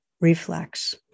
reflex